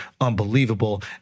unbelievable